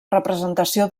representació